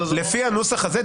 אלה היו אותן נפשות פועלות,